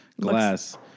glass